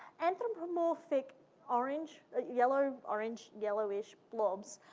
anthropomorphic orange, yellow, orange, yellowish blobs,